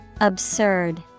absurd